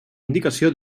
indicació